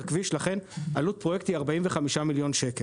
כביש לכן עלות פרויקט היא 45 מיליון ₪.